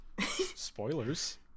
Spoilers